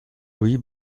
louis